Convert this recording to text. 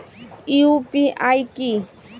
UPI কি?